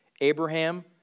Abraham